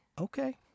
Okay